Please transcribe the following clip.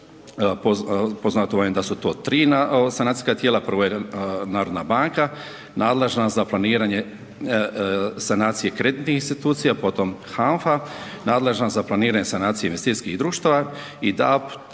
poznato je da su to tri sanacijska tijela, prvo je Narodna banka nadležna za planiranje sanacije kreditnih institucija, potom HANFA nadležna za planiranje sanacije investicijskih društava i DAB